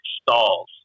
stalls